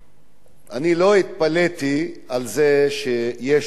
אני לא התפלאתי על זה שיש מחאה כזו.